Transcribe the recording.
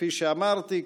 וכפי שאמרתי,